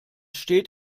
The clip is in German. steht